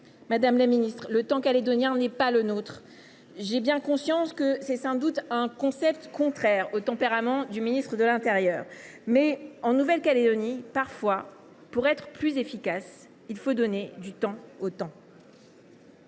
madame la ministre. Le temps calédonien n’est pas le nôtre. J’ai bien conscience qu’il s’agit sans doute d’un concept contraire au tempérament du ministre de l’intérieur, mais en Nouvelle Calédonie, pour être plus efficace, il faut parfois donner du temps au temps.